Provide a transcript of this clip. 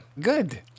Good